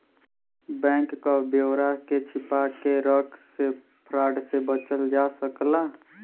bank क ब्यौरा के छिपा के रख से फ्रॉड से बचल जा सकला